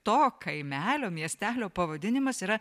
to kaimelio miestelio pavadinimas yra